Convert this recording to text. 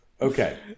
Okay